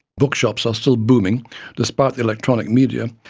bookshops are still booming despite the electronic media,